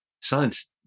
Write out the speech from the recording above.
science